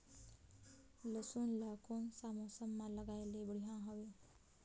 लसुन ला कोन सा मौसम मां लगाय ले बढ़िया हवे?